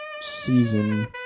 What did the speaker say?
season